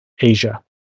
Asia